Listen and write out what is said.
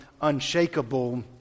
unshakable